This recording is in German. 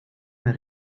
mehr